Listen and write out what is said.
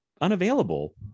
unavailable